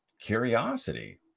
curiosity